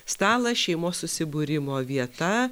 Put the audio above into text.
stalas šeimos susibūrimo vieta